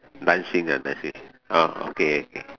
dancing ah dancing ah okay